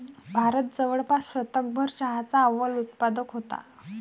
भारत जवळपास शतकभर चहाचा अव्वल उत्पादक होता